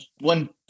one